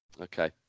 Okay